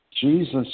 Jesus